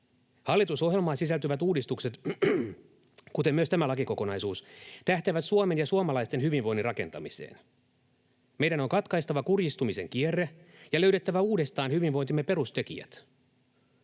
Hallitusohjelmaan sisältyvät uudistukset, kuten myös tämä lakikokonaisuus, tähtäävät Suomen ja suomalaisten hyvinvoinnin rakentamiseen. Meidän on katkaistava kurjistumisen kierre ja löydettävä uudestaan hyvinvointimme perustekijät.